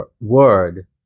word